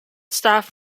staff